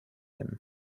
him